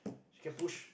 you can push